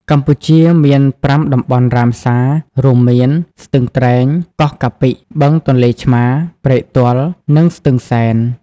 កម្ពុជាមាន ៥ តំបន់រ៉ាមសារ រួមមាន ស្ទឹងត្រែង កោះកាពិ បឹងទន្លេឆ្មារ ព្រែកទាល់ និងស្ទឹងសែន។